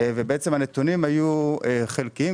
הנתונים היו חלקיים,